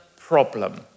problem